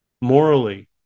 morally